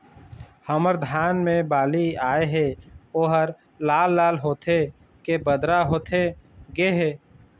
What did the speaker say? हमर धान मे बाली आए हे ओहर लाल लाल होथे के बदरा होथे गे हे?